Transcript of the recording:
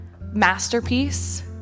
masterpiece